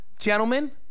Gentlemen